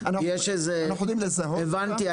אנחנו יודעים לזהות אותם -- הבנתי.